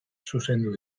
zuzendu